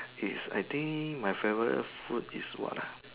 is I think my favourite food is what ah